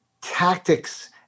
tactics